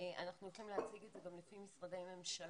אנחנו יכולים להציג את זה גם לפי משרדי ממשלה,